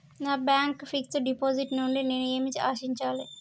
నా bank fixed deposit నుండి నేను ఏమి ఆశించాలి?